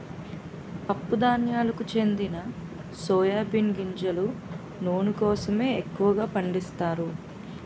పప్పు ధాన్యాలకు చెందిన సోయా బీన్ గింజల నూనె కోసమే ఎక్కువగా పండిస్తారు